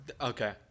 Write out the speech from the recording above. Okay